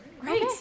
great